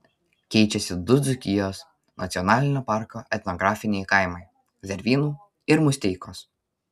keičiasi du dzūkijos nacionalinio parko etnografiniai kaimai zervynų ir musteikos